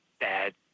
bad